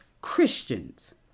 Christians